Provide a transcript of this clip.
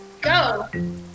Go